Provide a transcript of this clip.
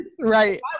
Right